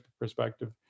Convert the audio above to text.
perspective